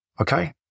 Okay